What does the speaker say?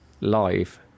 live